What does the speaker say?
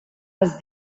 les